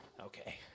Okay